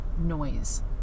noise